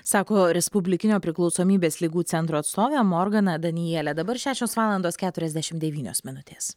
sako respublikinio priklausomybės ligų centro atstovė morgana danielė dabar šešios valandos keturiasdešimt devynios minutės